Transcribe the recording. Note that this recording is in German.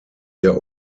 der